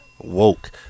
Woke